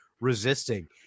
resisting